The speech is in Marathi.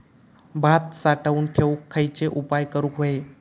भात साठवून ठेवूक खयचे उपाय करूक व्हये?